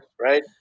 Right